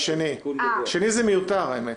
בשני זה מיותר, האמת.